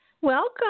Welcome